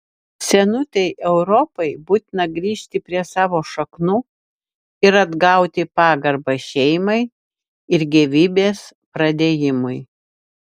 senutei europai būtina grįžti prie savo šaknų ir atgauti pagarbą šeimai ir gyvybės pradėjimui